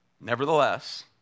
Nevertheless